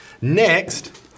Next